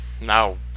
now